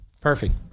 Perfect